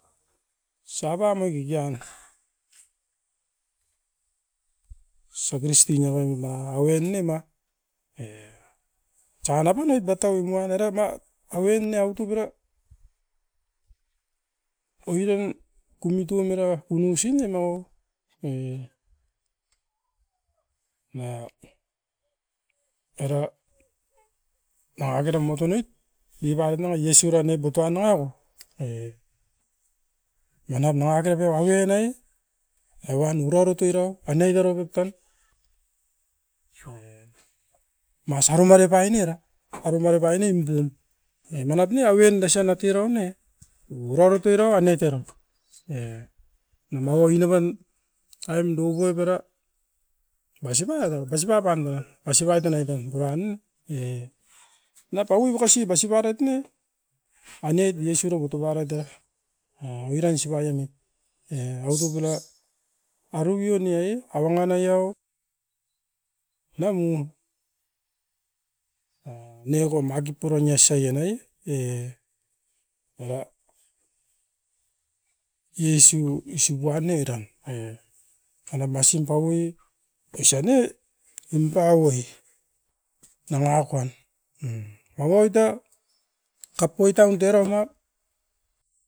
Saba moi kikian sokin sting avaimima aven ne ma e tsan apan oit bataui muan era ma aue ne autu biro oinum kumitu e mara ua kunusi ne naua. E nia era nanga kera matun ne nipaoit nama iesu ranoit butua nangako e nianap nanga keke aui e nai, evan uraurutui rau anait era pep tan masaru mari painera, arumai rupai nimpun. E manap ne aveon dasia natuirain ne uraurotoi rau an'et era, e maua i noven taim dukoip era maisipait o maisipa apandum, asipai tunai tan puran ne, e nia paui makasi to basi paroit ne. Ainet nesiroi butobaroit era. A oiran sibaiomit e autopuna arubion ne ai avangana io niamun, e niako maki puron niase ia nai, e aua iesu isupuan era e ana masin paui. Ison ne nimpa oi nangakon ai, a uait a kapoi taun deramat